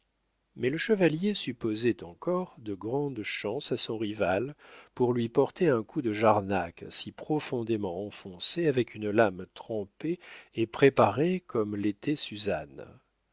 mais le chevalier supposait encore de grandes chances à son rival pour lui porter un coup de jarnac si profondément enfoncé avec une lame trempée et préparée comme l'était suzanne